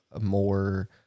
more